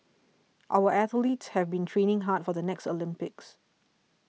our athletes have been training hard for the next Olympics